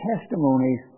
testimonies